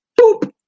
Boop